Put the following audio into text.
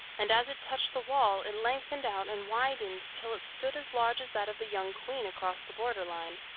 and as it touched the wall it lengthened out and widened till it stood as large as that of the young queen across the border line.